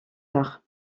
tard